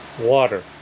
water